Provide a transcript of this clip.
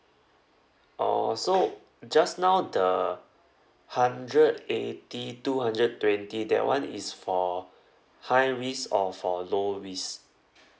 orh so just now the hundred eighty two hundred twenty that [one] is for high risk or for low risk